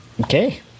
Okay